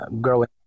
growing